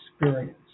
experience